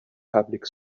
public